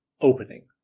opening